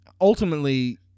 ultimately